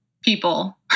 people